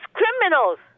criminals